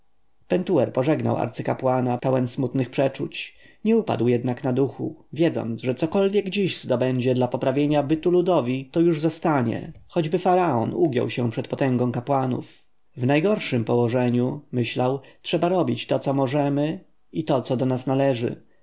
pentuer pożegnał arcykapłana pełen smutnych przeczuć nie upadł jednak na duchu wiedząc że cokolwiek dziś zdobędzie dla poprawienia bytu ludowi to już zostanie choćby faraon ugiął się przed potęgą kapłanów w najgorszem położeniu myślał trzeba robić co możemy i co do nas należy